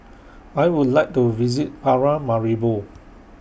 I Would like to visit Paramaribo